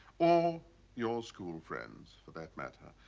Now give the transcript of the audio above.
or your school friends for that matter.